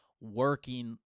working